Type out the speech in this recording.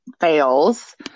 fails